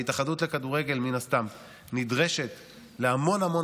ההתאחדות לכדורגל מן הסתם נדרשת להמון המון